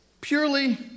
purely